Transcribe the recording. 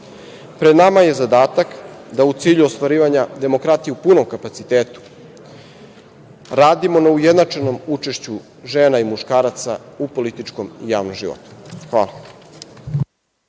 Pred nama je zadatak da u cilju ostvarivanja demokratije u punom kapacitetu. Radimo na ujednačenom učešću žena i muškaraca u političkom i javnom životu. Hvala.